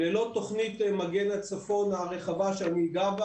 ללא תוכנית מגן הצפון הרחבה שאני אגע בה